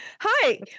Hi